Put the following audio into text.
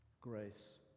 grace